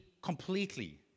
Completely